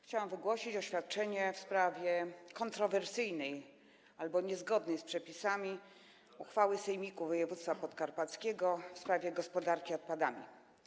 Chciałabym wygłosić oświadczenie w sprawie kontrowersyjnej albo niezgodnej z przepisami uchwały Sejmiku Województwa Podkarpackiego w sprawie gospodarki odpadami.